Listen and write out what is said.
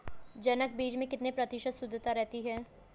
जनक बीज में कितने प्रतिशत शुद्धता रहती है?